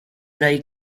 dai